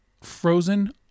Frozen